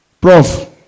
Prof